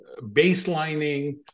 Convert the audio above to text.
baselining